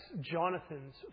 Jonathan's